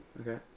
Okay